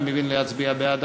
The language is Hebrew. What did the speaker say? אני מבין,